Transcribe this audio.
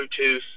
Bluetooth